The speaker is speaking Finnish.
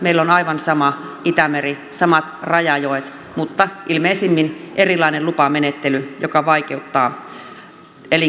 meillä on aivan sama itämeri samat rajajoet mutta ilmeisimmin erilainen lupamenettely joka vaikeuttaa elinkeinotoimintaa